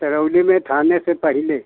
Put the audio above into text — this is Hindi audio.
दरौली में थाने से पहले